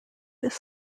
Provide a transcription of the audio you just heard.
this